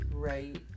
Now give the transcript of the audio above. right